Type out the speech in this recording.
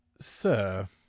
Sir